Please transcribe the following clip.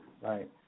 right